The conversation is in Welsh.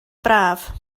braf